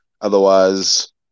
Otherwise